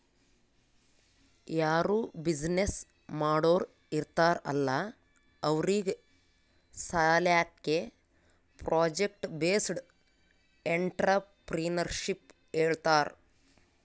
ಯಾರೂ ಬಿಸಿನ್ನೆಸ್ ಮಾಡೋರ್ ಇರ್ತಾರ್ ಅಲ್ಲಾ ಅವ್ರಿಗ್ ಸಾಲ್ಯಾಕೆ ಪ್ರೊಜೆಕ್ಟ್ ಬೇಸ್ಡ್ ಎಂಟ್ರರ್ಪ್ರಿನರ್ಶಿಪ್ ಹೇಳ್ತಾರ್